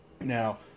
Now